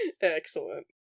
Excellent